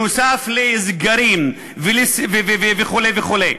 נוסף על סגרים וכו' וכו'?